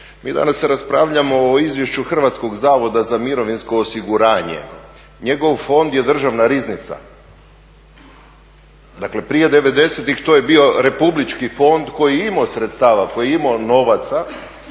Mi danas raspravljamo o izvješću Hrvatskog zavoda za mirovinsko osiguranje. Njegov fond je državna riznica. Dakle, prije 90-ih to je bio republički fond koji je imao sredstava, koji je imao novaca.